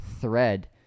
thread